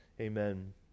Amen